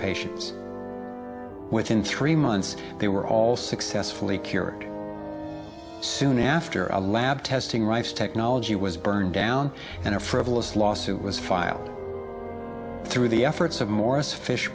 patients within three months they were all successfully cured soon after a lab testing rife's technology was burned down and a frivolous lawsuit was filed through the efforts of morris fish